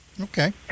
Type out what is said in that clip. Okay